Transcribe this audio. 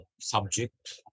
subject